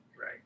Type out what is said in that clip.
Right